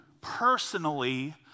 personally